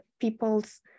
people's